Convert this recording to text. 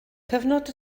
cyfnod